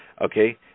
Okay